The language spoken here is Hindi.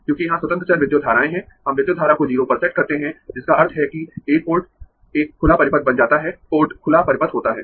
क्योंकि यहां स्वतंत्र चर विद्युत धाराएं है हम विद्युत धारा को 0 पर सेट करते है जिसका अर्थ है कि एक पोर्ट एक खुला परिपथ बन जाता है पोर्ट खुला परिपथ होता है